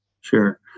Sure